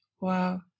Wow